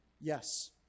Yes